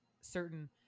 certain